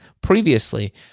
previously